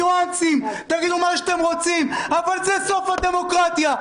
ניואנסים ומה שאתם רוצים אבל זה סוף הדמוקרטיה.